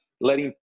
letting